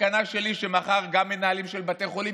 הסכנה שלי היא שמחר גם מנהלים של בתי חולים,